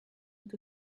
with